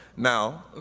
now,